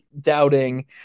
doubting